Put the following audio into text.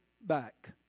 back